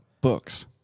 Books